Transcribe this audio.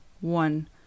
one